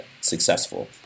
successful